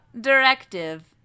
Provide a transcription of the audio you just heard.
Directive